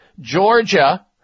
Georgia